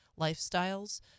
lifestyles